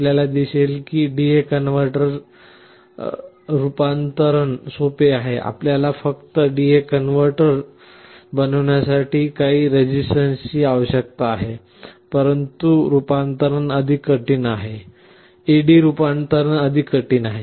आपल्याला दिसेल की DA रूपांतरण सोपे आहे आपल्याला फक्त DA कन्व्हर्टर बनविण्यासाठी काही रेजिस्टन्सची आवश्यकता आहे परंतु AD रूपांतरण अधिक कठीण आहे